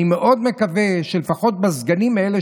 אני מאוד מקווה שלפחות בסגנים האלה,